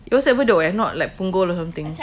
it was at bedok eh not like punggol or something